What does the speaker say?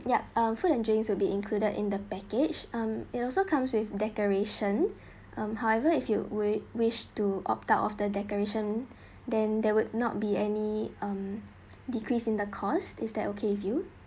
yup mm food and drinks will be included in the package um it also comes with decoration um however if you we wish to opt out of the decoration than there will not be any decrease in the course is that okay with you